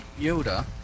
Yoda